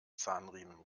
zahnriemen